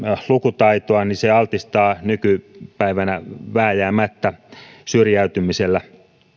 lukutaitoa altistaa nykypäivänä vääjäämättä syrjäytymiselle